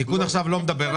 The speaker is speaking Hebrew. התיקון עכשיו לא מדבר על זה.